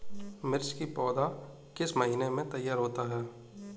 मिर्च की पौधा किस महीने में तैयार होता है?